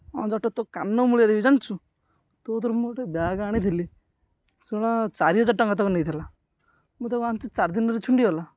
ହଁ ଜଟ ତୋ କାନ ମୁଳିଆ ଦେବି ଜାଣିଛୁ ତୋ ଥିରୁ ମୁଁ ଗୋଟେ ବ୍ୟାଗ୍ ଆଣିଥିଲି ସେଇଟା ଚାରି ହଜାର ଟଙ୍କା ତାକୁ ନେଇଥିଲା ମୁଁ ତାକୁ ଆଣିଛି ଚାରି ଦିନରେ ଛିଣ୍ଡିଗଲା